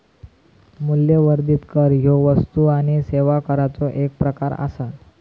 मूल्यवर्धित कर ह्यो वस्तू आणि सेवा कराचो एक प्रकार आसा